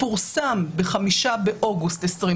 הוא פורסם ב-5 באוגוסט 2020,